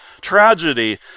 tragedy